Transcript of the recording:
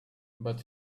but